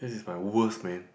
this is my worst man